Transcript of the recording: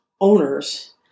owners